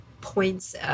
points